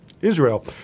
Israel